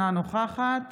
אינה נוכחת